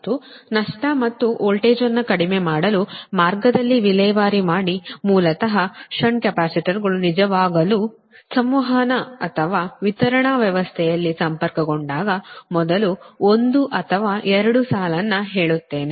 ಮತ್ತು ನಷ್ಟ ಮತ್ತು ವೋಲ್ಟೇಜ್ ಅನ್ನು ಕಡಿಮೆ ಮಾಡಲು ಮಾರ್ಗದಲ್ಲಿ ವಿಲೇವಾರಿ ಮಾಡಿ ಮೂಲತಃ ಶಂಟ್ ಕೆಪಾಸಿಟರ್ಗಳು ನಿಜವಾಗಲೂ ಸಂವಹನ ಅಥವಾ ವಿತರಣಾ ವ್ಯವಸ್ಥೆಯಲ್ಲಿ ಸಂಪರ್ಕಗೊಂಡಾಗ ಮೊದಲು ಒಂದು ಅಥವಾ ಎರಡು ಸಾಲನ್ನು ಹೇಳುತ್ತೇನೆ